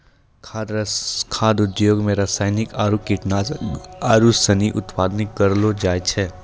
खाद्य उद्योग मे रासायनिक आरु कीटनाशक आरू सनी उत्पादन करलो जाय छै